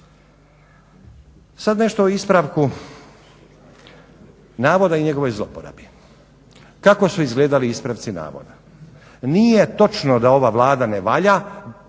Sad nešto o ispravku navoda i njegovoj zlouporabi. Tako su izgledali ispravci navoda. Nije točno da ova Vlada ne valja,